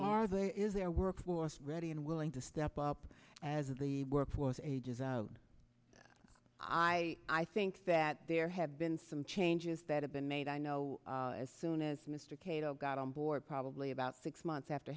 are there is there work was ready and willing to step up as the workforce ages a i i think that there have been some changes that have been made i know as soon as mr cato got on board probably about six months after